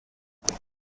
است